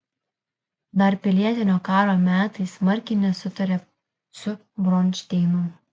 dar pilietinio karo metais smarkiai nesutarė su bronšteinu